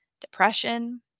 depression